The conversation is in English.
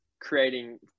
creating